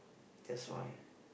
that's why